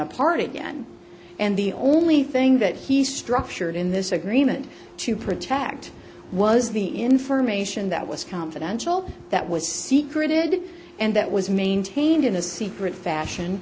apart again and the only thing that he structured in this agreement to protect was the information that was confidential that was secret and that was maintained in a secret fashion